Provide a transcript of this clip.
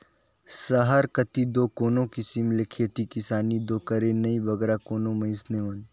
सहर कती दो कोनो किसिम ले खेती किसानी दो करें नई बगरा कोनो मइनसे मन